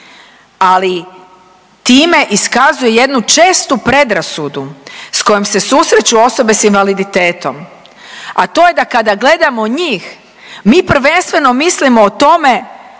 Ali time iskazuje jednu čestu predrasudu s kojom se susreću osobe s invaliditetom, a to je da kada gledamo njih mi prvenstveno mislimo o tome